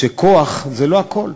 שכוח זה לא הכול.